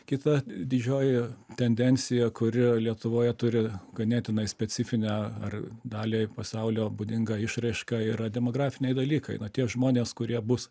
kita didžioji tendencija kuri lietuvoje turi ganėtinai specifinę ar daliai pasaulio būdingą išraišką yra demografiniai dalykai na tie žmonės kurie bus